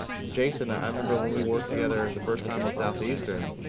jason, ah i remember when we worked together the first time with southeastern,